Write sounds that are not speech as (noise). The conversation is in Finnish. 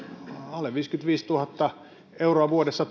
alle viisikymmentäviisituhatta euroa vuodessa (unintelligible)